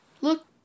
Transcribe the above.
Look